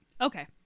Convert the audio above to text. Okay